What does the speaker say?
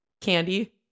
candy